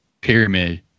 pyramid